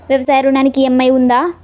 వ్యవసాయ ఋణానికి ఈ.ఎం.ఐ ఉందా?